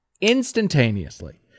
instantaneously